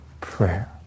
prayer